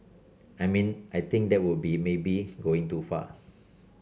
I mean I think that would be maybe going too far